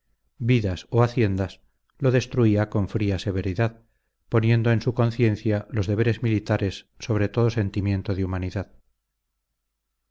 vidas o haciendas lo destruía con fría severidad poniendo en su conciencia los deberes militares sobre todo sentimiento de humanidad